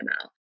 out